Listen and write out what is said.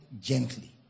gently